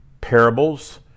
parables